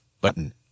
Button